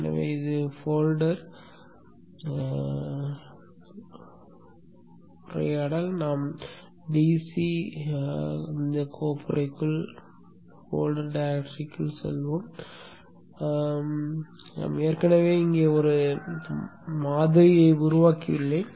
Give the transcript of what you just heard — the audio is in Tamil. எனவே இது நம் கோப்புறை டயலாக் ஆகும் நாம் DC Dc கோப்புறைக்குள் செல்வோம் நான் ஏற்கனவே இங்கே ஒரு மாதிரியை உருவாக்கியுள்ளேன்